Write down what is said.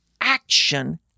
Action